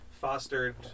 fostered